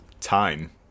time